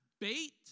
bait